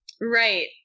Right